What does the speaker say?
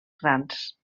grans